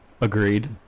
Agreed